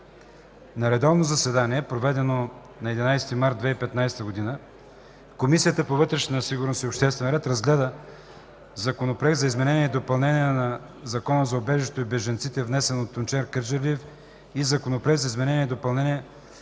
На редовно заседание, проведено на 11 март 2015 г., Комисията по вътрешна сигурност и обществен ред разгледа Законопроект за изменение и допълнение на Закона за убежището и бежанците, внесен от Тунчер Кърджалиев, и Законопроект за изменение и допълнение на